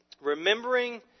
Remembering